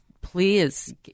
please